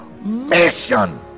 mission